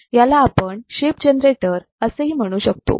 म्हणून याला आपण शेप जनरेटर असेही म्हणू शकतो